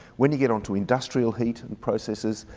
when we get onto industrial heat, and processes,